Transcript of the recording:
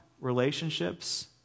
relationships